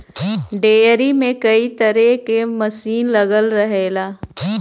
dairy में कई तरे क मसीन लगल रहला